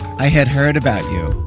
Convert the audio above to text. i had heard about you